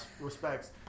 respects